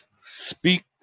Speak